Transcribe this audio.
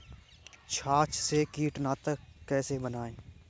छाछ से कीटनाशक कैसे बनाएँ?